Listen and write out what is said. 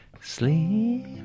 Sleep